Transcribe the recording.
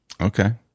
Okay